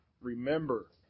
remember